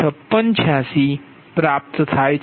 5686 છે